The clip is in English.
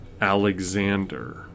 alexander